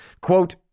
Quote